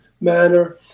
manner